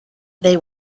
they